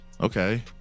Okay